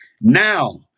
Now